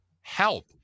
help